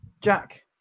Jack